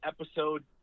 episode